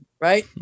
right